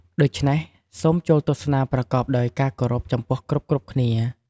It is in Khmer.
ដូច្នេះសូមចូលទស្សនាប្រកបដោយការគោរពចំពោះគ្រប់ៗគ្នា។